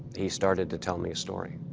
he started to tell me a story.